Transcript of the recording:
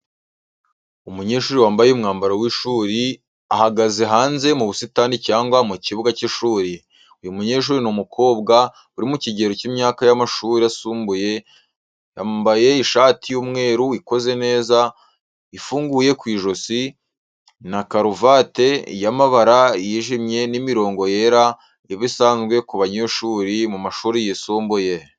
Umunyeshuri wambaye umwambaro w'ishuri ahagaze hanze mu busitani cyangwa mu kibuga cy’ishuri. Uyu munyeshuri ni umukobwa uri mu kigero cy'imyaka y'amashuri yisumbuye yambaye ishati y’umweru, ikoze neza, ifunguye ku ijosi, n'ikaravate y'amabara yijimye n’imirongo yera iba isanzwe ku banyeshuri mu mashuri yisumbuye.